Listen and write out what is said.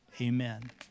amen